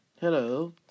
Hello